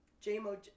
J-Mo